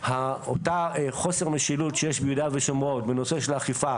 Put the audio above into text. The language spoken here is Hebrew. אותה חוסר משילות שיש ביהודה ושומרון בנושא של אכיפה